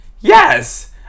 Yes